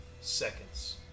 seconds